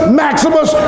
maximus